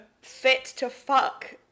fit-to-fuck